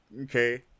okay